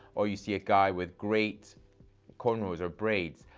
or you see a guy with great cornrows or braids,